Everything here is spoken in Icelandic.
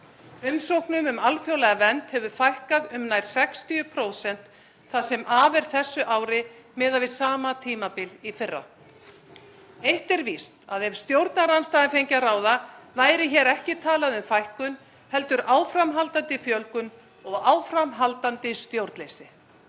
Umsóknum um alþjóðlega vernd hefur fækkað um nær 60% það sem af er þessu ári miðað við sama tímabil í fyrra. Eitt er víst að ef stjórnarandstaðan fengi að ráða væri ekki talað um fækkun heldur áframhaldandi fjölgun og áframhaldandi stjórnleysi.